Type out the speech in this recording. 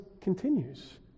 continues